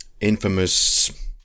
infamous